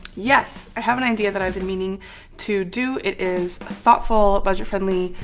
yes. i have an idea that i've been meaning to do it is thoughtful, budget-friendly,